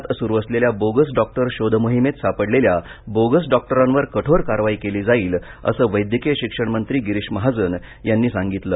राज्यात सुरू असलेल्या बोगस डॉक्टर शोध मोहिमेत सापडलेल्या बोगस डॉक्टरांवर कठोर कारवाई केली जाईल असं वैद्यकीय शिक्षण मंत्री गिरीश महाजन यांनी सांगितलं